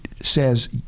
says